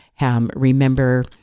remember